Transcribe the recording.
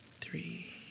three